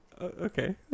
Okay